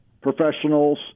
professionals